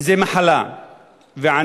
זה מחלה ועני